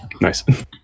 Nice